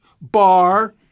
Bar